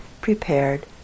prepared